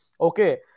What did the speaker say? Okay